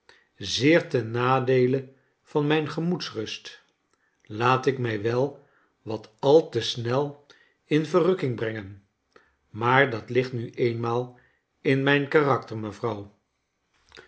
zeer ten nadeele van mijn gemoedsrust laat ik mij wel wat al te snel in verrukking brengen maar dat ligt nu eenmaal in mijn karakter mevrouw